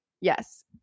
yes